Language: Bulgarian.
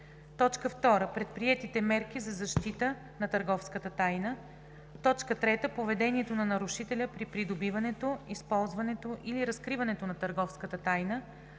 2. предприетите мерки за защита на търговската тайна; 3. поведението на нарушителя при придобиването, използването или разкриването на търговската тайна;